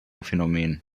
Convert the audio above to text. phänomen